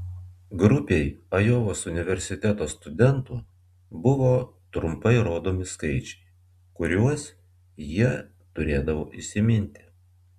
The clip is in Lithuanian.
grupei ajovos universiteto studentų buvo trumpai rodomi skaičiai kuriuos jie turėdavo įsiminti